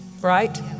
right